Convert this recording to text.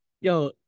yo